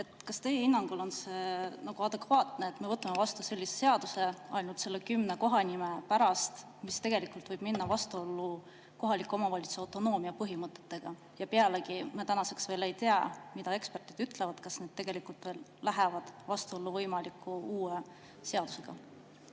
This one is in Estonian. Kas teie hinnangul on see adekvaatne, et me võtame vastu sellise seaduse ainult nende kümne kohanime pärast, kusjuures see tegelikult võib minna vastuollu kohaliku omavalitsuse autonoomia põhimõtetega? Ja pealegi, me tänaseks veel ei tea, mida eksperdid ütlevad, kas need nimed lähevad vastuollu võimaliku uue seadusega.